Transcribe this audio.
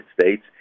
States